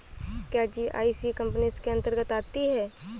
क्या GIC company इसके अन्तर्गत आती है?